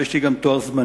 ויש לי גם תואר זמני.